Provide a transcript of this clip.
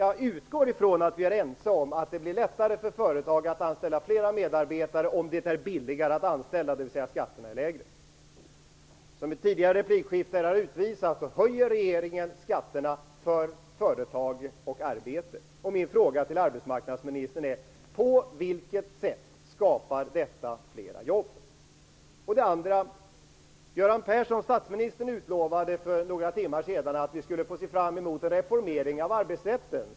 Jag utgår ifrån att vi är ense om att det blir lättare för företag att anställa fler medarbetare om det är billigare att anställa, dvs. om skatterna är lägre. Som ett tidigare replikskifte har utvisat höjer regeringen skatterna för företag och arbete. Min fråga till arbetsmarknadsministern är: På vilket sätt skapar detta flera jobb? Den andra frågan handlar om att statsminister Göran Persson för några timmar sedan utlovade att vi kunde se fram emot en reformering av arbetsrätten.